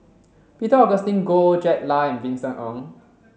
Peter Augustine Goh Jack Lai and Vincent Ng